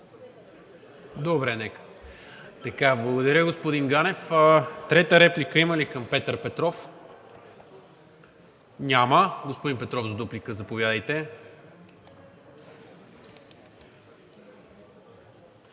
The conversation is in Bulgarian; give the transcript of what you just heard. Добре, нека. Благодаря, господин Ганев. Трета реплика има ли към Петър Петров? Няма. Господин Петров, заповядайте